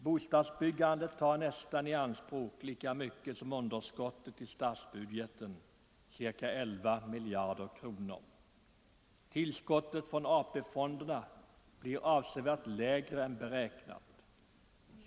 Bostadsbyggandet tar i anspråk nästan lika mycket som underskottet i statsbudgeten, ca 11 miljarder kronor. Tillskottet från AP-fonderna blir avsevärt lägre än beräknat.